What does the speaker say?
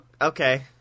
Okay